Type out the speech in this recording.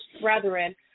brethren